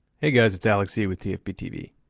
hey guys, it's alex c with tfbtv.